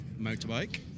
motorbike